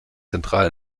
zentral